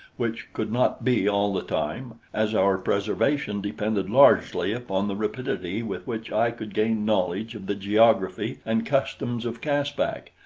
which could not be all the time, as our preservation depended largely upon the rapidity with which i could gain knowledge of the geography and customs of caspak,